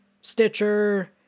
Stitcher